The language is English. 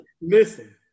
Listen